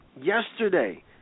yesterday